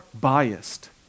biased